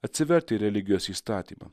atsivertę į religijos įstatymą